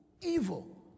evil